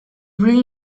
really